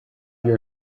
your